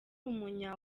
umunya